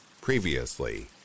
Previously